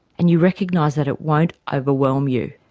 and you recognise that it won't overwhelm you.